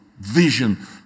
vision